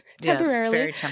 temporarily